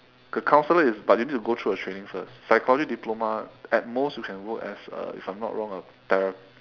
a counsellor is but you need to go through a training first psychology diploma at most you can work as a if I'm not wrong a thera~